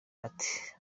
ati